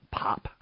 pop